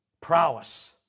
prowess